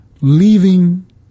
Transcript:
leaving